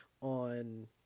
on